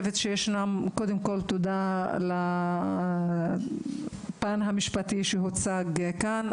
תודה על הפן המשפטי שהוצג כאן,